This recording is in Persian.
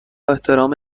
احترام